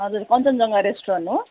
हजुर कञ्चनजङ्घा रेस्टुरन्ट हो